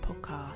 Podcast